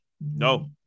No